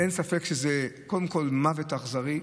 אין ספק שזה קודם כול מוות אכזרי.